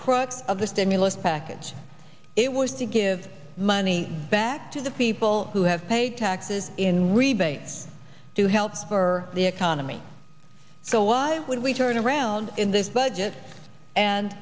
crux of the stimulus package it was to give money back to the people who have paid taxes in rebates to help spur the economy so why would we turn around in this budget and